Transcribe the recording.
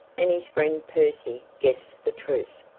and his friend percy, guess the truth,